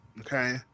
okay